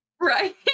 Right